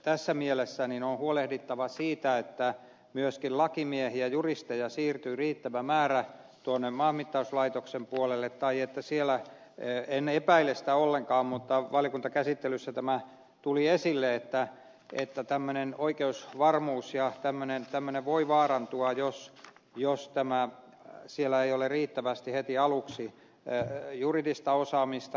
tässä mielessä on huolehdittava siitä että myöskin lakimiehiä ja juristeja siirtyy riittävä määrä tuonne maanmittauslaitoksen puolelle tai siellä en epäile sitä ollenkaan mutta valiokuntakäsittelyssä tämä tuli esille tämmöinen oikeusvarmuus voi vaarantua jos siellä ei ole riittävästi heti aluksi juridista osaamista